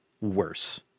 worse